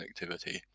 connectivity